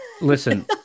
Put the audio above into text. Listen